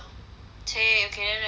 !chey! okay then nevermind